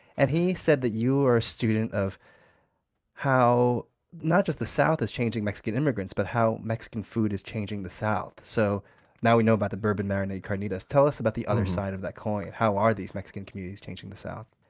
and he said that you are a student of how not just the south is changing mexican immigrants, but how mexican food is changing the south. so now we know about the bourbon-marinated carnitas. tell us about the other side of that coin. how are these mexican communities changing the south?